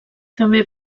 també